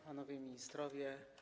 Panowie Ministrowie!